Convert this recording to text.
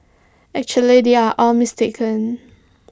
actually they are all mistaken